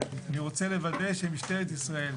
אני רוצה לוודא שמשטרת ישראל,